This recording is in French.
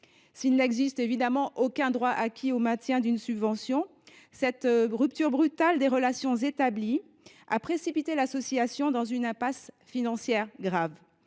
S’il n’existe aucun droit acquis au maintien d’une subvention, cette rupture brutale des relations établies a précipité l’association dans une impasse financière grave.